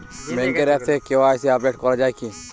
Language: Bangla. ব্যাঙ্কের আ্যপ থেকে কে.ওয়াই.সি আপডেট করা যায় কি?